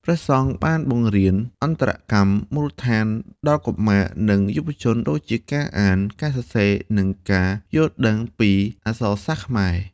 ព្រះសង្ឃបានបង្រៀនអក្ខរកម្មមូលដ្ឋានដល់កុមារ និងយុវជន ដូចជាការអាន ការសរសេរ និងការយល់ដឹងពីអក្សរសាស្ត្រខ្មែរ។